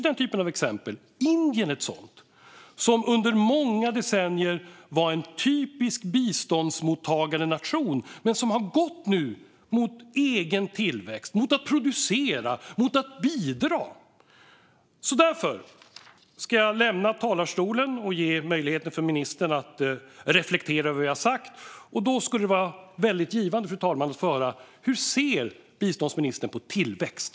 Indien är ett sådant exempel: Under många decennier var man en typisk biståndsmottagarnation, men nu har man gått mot egen tillväxt - mot att producera, mot att bidra. Jag ska lämna talarstolen och ge ministern möjlighet att reflektera över vad jag har sagt. Det skulle vara väldigt givande, fru talman, att få höra hur biståndsministern ser på tillväxt.